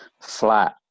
flat